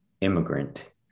immigrant